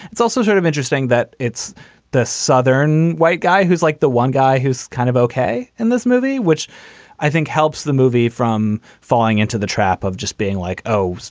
it's also sort of interesting that it's the southern white guy who's like the one guy who's kind of ok in this movie, which i think helps the movie from falling into the trap of just being like, oh,